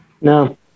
no